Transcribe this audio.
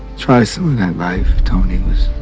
try some of that life tony was